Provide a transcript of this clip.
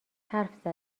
حرف